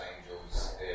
angels